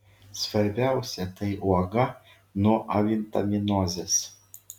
svarbiausia tai uoga nuo avitaminozės